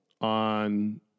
on